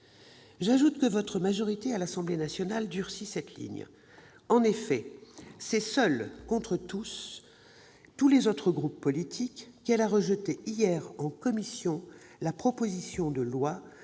J'ajoute que votre majorité à l'Assemblée nationale durcit cette ligne. En effet, c'est seule contre tous les autres groupes politiques qu'elle a rejeté, hier en commission, la proposition de loi